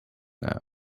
now